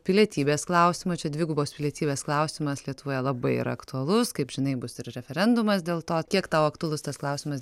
pilietybės klausimo čia dvigubos pilietybės klausimas lietuvoje labai yra aktualus kaip žinai bus ir referendumas dėl to kiek tau aktualus tas klausimas